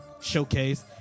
showcase